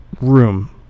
room